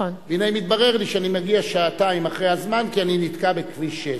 והנה מתברר לי שאני מגיע שעתיים אחר הזמן כי אני נתקע בכביש 6,